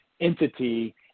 entity